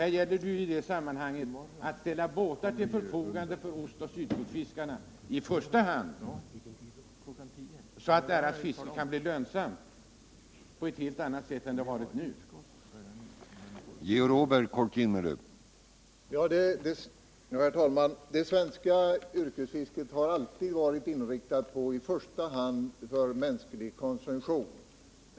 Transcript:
Det gäller ju här att i första hand ställa båtar till förfogande för ost och sydkustfiskarna, så att deras fiske kan bli lönsamt på ett annat sätt än det varit hittills.